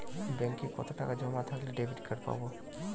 ব্যাঙ্কে কতটাকা জমা থাকলে ডেবিটকার্ড পাব?